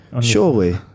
surely